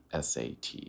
SAT